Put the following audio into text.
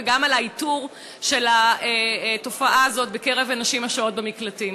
וגם על איתור התופעה הזאת בקרב הנשים השוהות במקלטים.